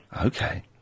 Okay